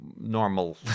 normal